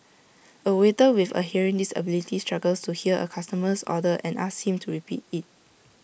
A waiter with A hearing disability struggles to hear A customer's order and asks him to repeat IT